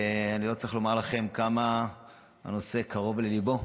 ואני לא צריך לומר לכם כמה הנושא קרוב לליבו.